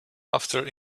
after